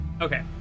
Okay